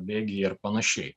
bėgyje ir panašiai